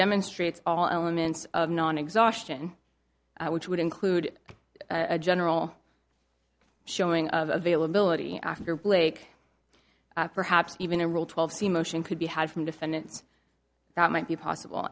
demonstrates all elements of non exhaustion which would include a general showing of availability after blake perhaps even a real twelve c motion could be had from defendants that might be possible